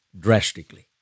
drastically